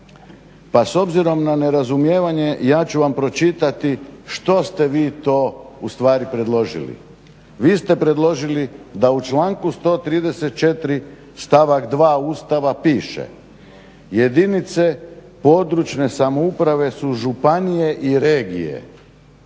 Pa s obzirom na nerazumijevanje ja ću vam pročitati što ste vi to ustvari predložili. Vi ste predložili da u članku 134. stavak 2. Ustava piše: Jedinice područne samouprave su županije i regije.